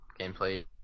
gameplay